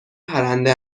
پرنده